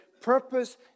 purpose